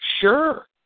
sure